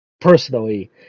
personally